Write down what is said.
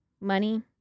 money